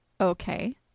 Okay